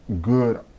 good